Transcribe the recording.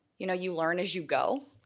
you know you learn as you go,